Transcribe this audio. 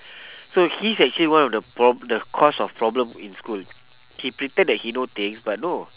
so he's actually one of the prob~ the cause of problem in school he pretend that he know things but no